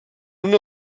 una